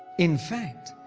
in fact,